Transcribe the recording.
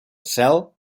cel